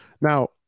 Now